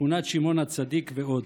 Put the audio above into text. שכונת שמעון הצדיק ועוד.